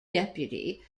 deputy